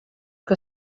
que